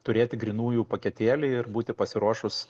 turėti grynųjų paketėlį ir būti pasiruošus